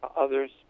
others